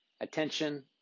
Attention